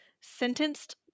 Sentenced